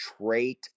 trait